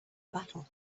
battle